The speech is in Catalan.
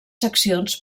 seccions